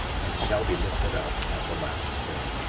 and shall be lifted up at the last day.